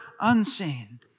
unseen